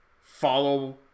follow